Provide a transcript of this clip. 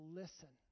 listen